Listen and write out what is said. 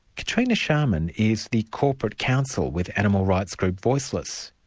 katrina sharman is the corporate counsel with animal rights group, voiceless.